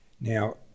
Now